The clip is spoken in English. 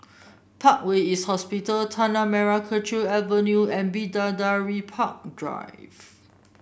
Parkway East Hospital Tanah Merah Kechil Avenue and Bidadari Park Drive